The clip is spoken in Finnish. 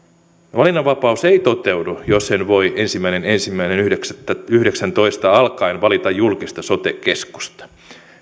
valinnanvapaus ei toteudu jos en voi ensimmäinen ensimmäistä kaksituhattayhdeksäntoista alkaen valita julkista sote keskusta